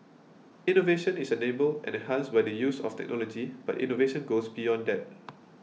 innovation is enabled and enhanced by the use of technology but innovation goes beyond that